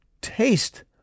taste